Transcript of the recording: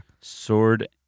Sword